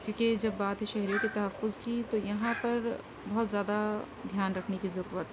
کیونکہ جب بات شہریوں کے تحفظ کی تو یہاں پر بہت زیادہ دھیان رکھنے کی ضرورت